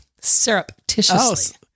Surreptitiously